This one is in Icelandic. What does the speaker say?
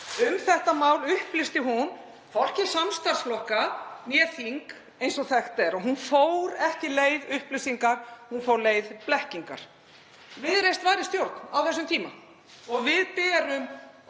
Um þetta mál upplýsti hún hvorki samstarfsflokka né þing eins og þekkt er og hún fór ekki leið upplýsingar. Hún fór leið blekkingar. Viðreisn var í stjórn á þessum tíma og við berum